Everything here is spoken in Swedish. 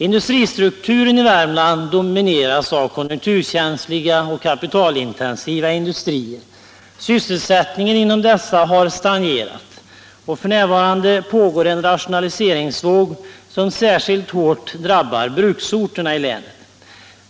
Industristrukturen i Värmland domineras av konjunkturkänsliga och kapitalintensiva industrier. Sysselsättningen inom dessa har stangerat, och f. n. pågår en rationaliseringsvåg som särskilt hårt drabbar bruksorterna.